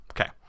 Okay